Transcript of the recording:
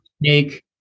make